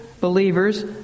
believers